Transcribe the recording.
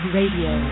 Radio